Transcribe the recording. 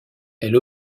elle